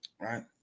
right